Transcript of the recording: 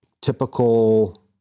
typical